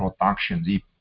production